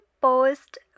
Post